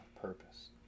purpose